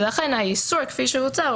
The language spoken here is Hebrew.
לכן האיסור כפי שהוצע,